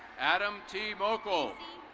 adam t. bocole.